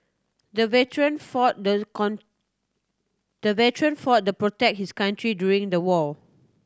the veteran fought the the veteran fought the protect his country during the war